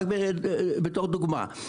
זה רק בתור דוגמה.